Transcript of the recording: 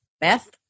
Beth